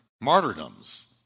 martyrdoms